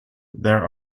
there